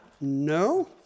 No